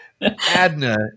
Adna